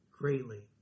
greatly